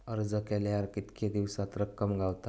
अर्ज केल्यार कीतके दिवसात रक्कम गावता?